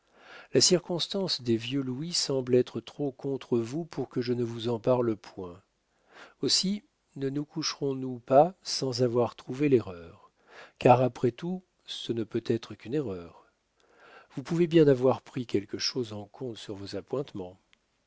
la circonstance des vieux louis semble être trop contre vous pour que je ne vous en parle point aussi ne nous coucherons nous pas sans avoir trouvé l'erreur car après tout ce ne peut être qu'une erreur vous pouvez bien avoir pris quelque chose en compte sur vos appointements